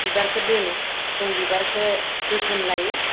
बिबारखो दोनो जों बिबारखो जोथोन लायो